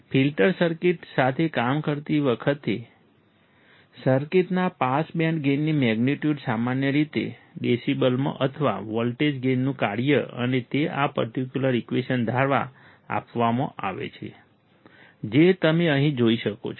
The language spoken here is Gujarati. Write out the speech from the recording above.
ફિલ્ટર સર્કિટ સાથે કામ કરતી વખતે સર્કિટના પાસ બેન્ડ ગેઇનની મેગ્નિટ્યુડ સામાન્ય રીતે ડેસિબલ્સમાં અથવા વોલ્ટેજ ગેઇનનું કાર્ય અને તે આ પર્ટિક્યુલર ઈકવેશન દ્વારા આપવામાં આવે છે જે તમે અહીં જોઈ શકો છો